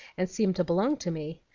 and seemed to belong to me.